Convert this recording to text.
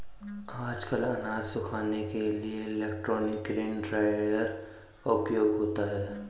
आजकल अनाज सुखाने के लिए इलेक्ट्रॉनिक ग्रेन ड्रॉयर का उपयोग होता है